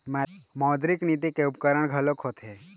मौद्रिक नीति के उपकरन घलोक होथे